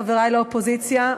חברי לאופוזיציה,